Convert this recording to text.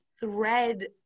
thread